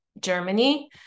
Germany